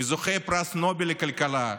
מזוכי פרס נובל לכלכלה,